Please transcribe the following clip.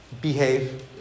Behave